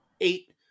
eight